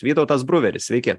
vytautas bruveris sveiki